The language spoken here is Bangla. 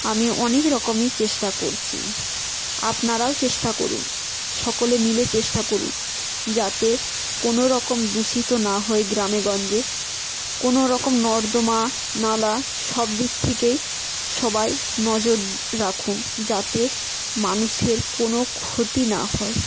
আমি অনেক রকমই চেষ্টা করছি আপনারাও চেষ্টা করুন সকলে মিলে চেষ্টা করুন যাতে কোনওরকম দূষিত না হয় গ্রামে গঞ্জে কোনোরকম নর্দমা নালা সব দিক থেকে সবাই নজর রাখুন যাতে মানুষের কোনও ক্ষতি না হয়